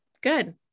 good